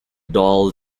dual